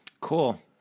Cool